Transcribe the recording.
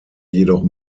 jedoch